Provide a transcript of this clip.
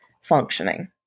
functioning